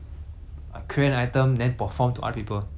that's that's myself for being like